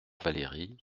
valery